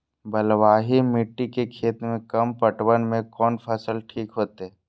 बलवाही मिट्टी के खेत में कम पटवन में कोन फसल ठीक होते?